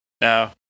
Now